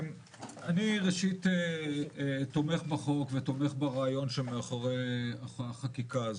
בחוק ותומך ברעיון שמאחורי החקיקה הזאת.